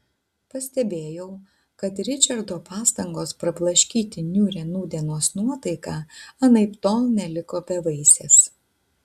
pastebėjau kad ričardo pastangos prablaškyti niūrią nūdienos nuotaiką anaiptol neliko bevaisės